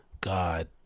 god